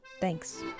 Thanks